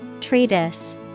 Treatise